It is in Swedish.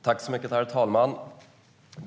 Herr talman!